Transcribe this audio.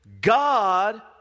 God